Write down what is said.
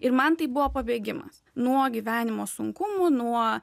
ir man tai buvo pabėgimas nuo gyvenimo sunkumų nuo